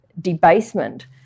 debasement